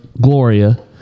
Gloria